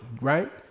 right